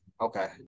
okay